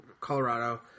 Colorado